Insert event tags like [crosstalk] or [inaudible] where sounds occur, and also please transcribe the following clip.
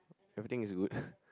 everything is good [breath]